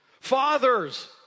Fathers